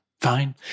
Fine